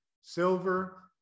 silver